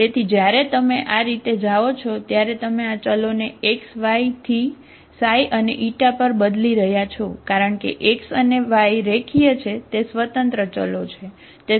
તેથી જ્યારે તમે આ રીતે જાઓ છો ત્યારે તમે આ ચલોને x y થી ξ અને η પર બદલી રહ્યા છો કારણ કે x અને y રેખીય છે તે સ્વતંત્ર ચલો છે બરાબર